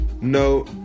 No